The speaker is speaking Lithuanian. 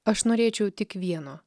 aš norėčiau tik vieno